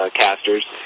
casters